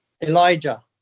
Elijah